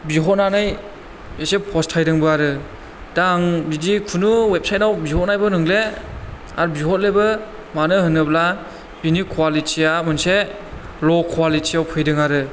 बिहरनानै एसे पस्थायदोंबो आरो दा आं बिदि खुनु वेबसाइटाव बिहरनायबो नंला आरो बिहरलाबो मानो होनोब्ला बिनि क्वालिटिया मोनसे ल' क्वालिटियाव फैदों आरो